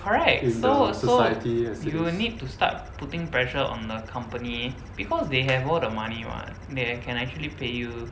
correct so so you need to start putting pressure on the company because they have all the money what they can actually pay you